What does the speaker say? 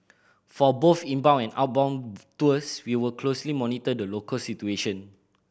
for both inbound and outbound tours we will closely monitor the local situation